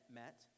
met